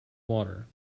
water